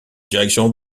direction